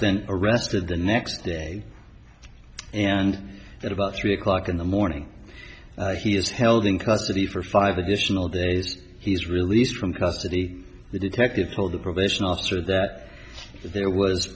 then arrested the next day and at about three o'clock in the morning he is held in custody for five additional days he's released from custody the detective told the probation officer that there was